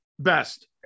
best